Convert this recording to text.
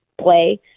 play